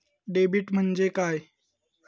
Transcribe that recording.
Debit म्हणजे काय?